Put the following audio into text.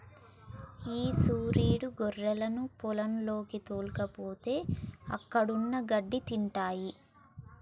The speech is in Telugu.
ఈ సురీడు గొర్రెలను పొలంలోకి తోల్కపోతే అక్కడున్న గడ్డి తింటాయి